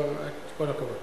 כל הכבוד.